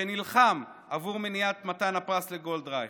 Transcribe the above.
שנלחם עבור מניעת מתן הפרס לגולדרייך,